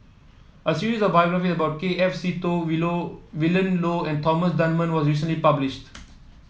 a series of biographies about K F Seetoh We Low Willin Low and Thomas Dunman was recently published